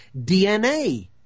DNA